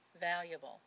valuable